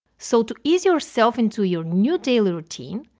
so, to ease yourself into your new daily routine,